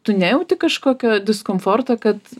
tu nejauti kažkokio diskomforto kad